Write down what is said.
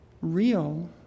real